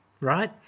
right